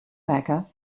backer